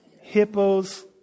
hippos